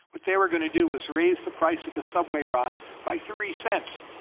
what they were going to do was raise the price of a subway ride by three cents,